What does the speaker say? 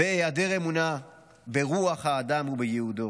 והיעדר אמונה ברוח האדם ובייעודו.